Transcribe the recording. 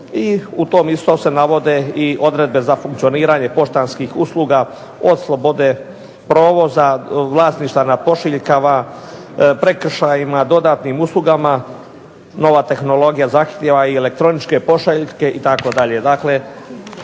i u tom isto se navode i odredbe za funkcioniranje poštanskih usluga od slobode provoza, vlasništva nad pošiljkama, prekršajima, dodatnim uslugama, nova tehnologija zahtjeva i elektroničke pošiljke itd. Dakle,